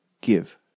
give